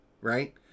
right